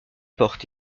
portes